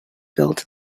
built